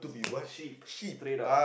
sheep straight up